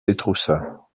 étroussat